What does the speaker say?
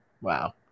Wow